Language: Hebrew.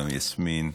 גם יסמין.